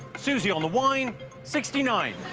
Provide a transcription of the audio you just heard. suzy on the wine sixty nine